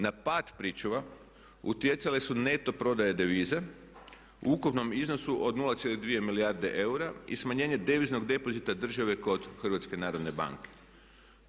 Na pad pričuva utjecale su neto prodaje deviza u ukupnom iznosu od 0,2 milijarde eura i smanjenje deviznog depozita države kod HNB-a.